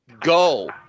go